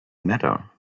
matter